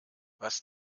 was